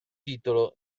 titolo